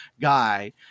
guy